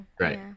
Right